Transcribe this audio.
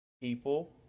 people